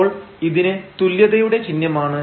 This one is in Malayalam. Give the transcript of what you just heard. അപ്പോൾ ഇതിന് തുല്യതയുടെ ചിഹ്നമാണ്